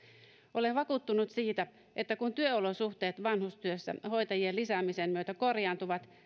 olen vakuuttunut siitä että kun työolosuhteet vanhustyössä hoitajien lisäämisen myötä korjaantuvat